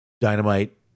Dynamite